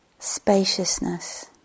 Spaciousness